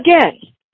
again